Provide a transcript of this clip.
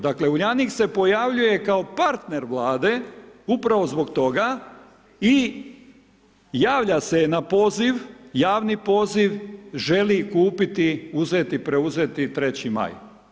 Dakle, uljanik se pojavljuje kao partner vlade, upravo zbog toga i javlja se na poziv, javni poziv, želi kupiti, uzeti, preuzeti 3Maj.